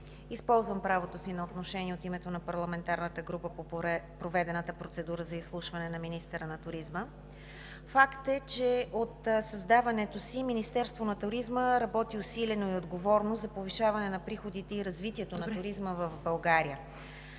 Използвам правото си на отношение от името на парламентарната група по проведената процедура за изслушване на министъра на туризма. Факт е, че от създаването си Министерството на туризма работи усилено и отговорно за повишаване на приходите и развитието на туризма в България.